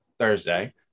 thursday